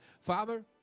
Father